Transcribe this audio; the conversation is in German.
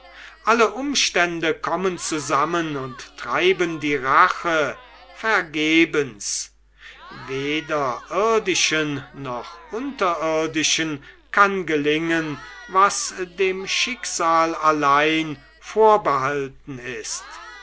alle umstände kommen zusammen und treiben die rache vergebens weder irdischen noch unterirdischen kann gelingen was dem schicksal allein vorbehalten ist